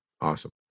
Awesome